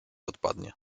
odpadnie